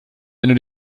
wenn